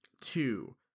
Two